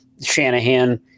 Shanahan